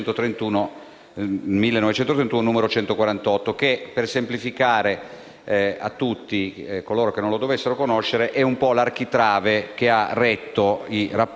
gennaio 1931, n. 148, che - per semplificare a tutti coloro che non lo dovessero conoscere - è l'architrave che ha retto i rapporti